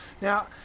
Now